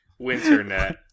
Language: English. Winternet